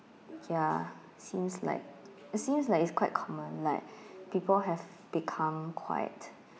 ya seems like seems like it's quite common like people have become quite